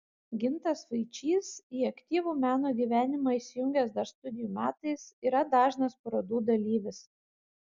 gintas vaičys į aktyvų meno gyvenimą įsijungęs dar studijų metais yra dažnas parodų dalyvis